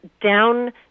down